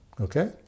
Okay